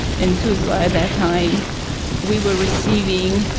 and tuzla at that time we were receiving